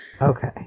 Okay